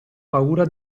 paura